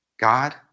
God